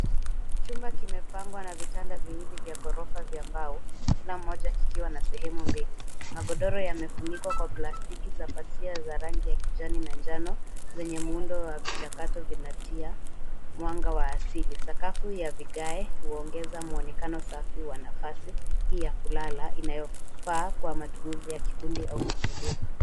Chumba kimepangwa na vitanda viwili vya ghorofa vya mbao kila moja kikiwa na sehemu mbili. Magodoro yamefunikwa kwa plastiki za pazia za rangi ya kijani na njano zenye muundo wa vichakato vinatia mwanga wa asili. Sakafu ya vigae huongeza muonekano safi wa nafasi hii ya kulala inayofaa kwa matumizi ya kikundi au familia.